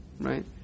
right